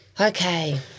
Okay